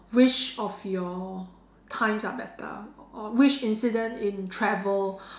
which of your times are better or which incident in travel